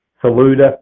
Saluda